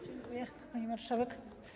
Dziękuję, pani marszałek.